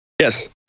Yes